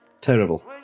terrible